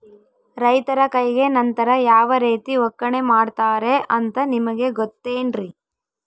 ರೈತರ ಕೈಗೆ ನಂತರ ಯಾವ ರೇತಿ ಒಕ್ಕಣೆ ಮಾಡ್ತಾರೆ ಅಂತ ನಿಮಗೆ ಗೊತ್ತೇನ್ರಿ?